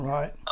Right